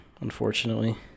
Unfortunately